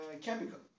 chemical